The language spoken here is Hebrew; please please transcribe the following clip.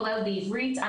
כולל בעברית,